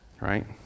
right